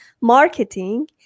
marketing